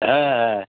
হ্যাঁ হ্যাঁ